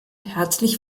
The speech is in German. herzlich